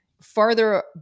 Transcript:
farther